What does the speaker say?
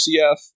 CF